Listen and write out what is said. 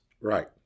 Right